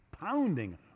pounding